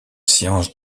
science